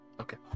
Okay